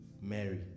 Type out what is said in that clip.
Mary